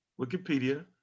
wikipedia